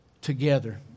together